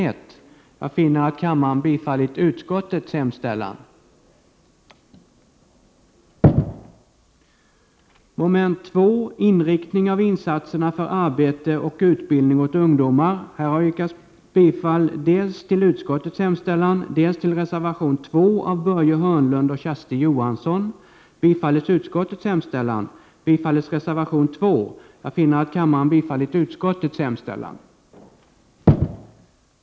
Mom. 2 Utskottets hemställan — som ställdes mot reservation 2 av Börje Hörnlund och Kersti Johansson — bifölls med acklamation.